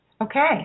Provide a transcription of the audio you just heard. Okay